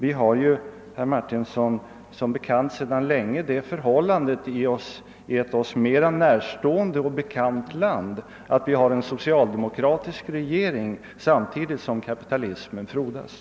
Vi har ju, herr Martinsson, sedan länge det förhållandet i ett oss mera närstående och bekant land, att regeringen är socialdemokratisk samtidigt som kapitalismen frodas.